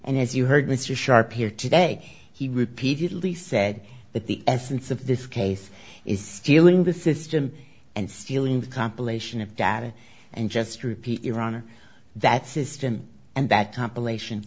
and as you heard mr sharp here today he repeatedly said that the essence of this case is stealing the system and stealing the compilation of data and just repeat iran or that system and that compilation